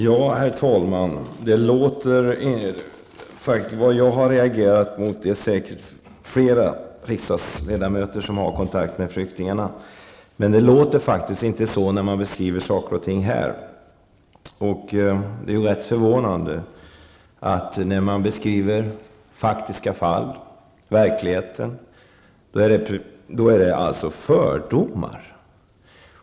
Herr talman! Det är säkert flera riksdagsledamöter som har kontakt med flyktingar. Men det låter faktiskt inte så när saker och ting beskrivs här. Det är rätt förvånande att när man beskriver faktiska fall, beskriver verkligheten -- då är det fördomar.